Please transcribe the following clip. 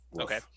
Okay